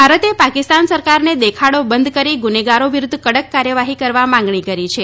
ભારતે પાકિસ્તાન સરકારને દેખાડી બંધ કરી ગુનેગારો વિરુધ્ધ કડક કાર્યવાહી કરવા માંગણી કરી છે